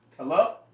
Hello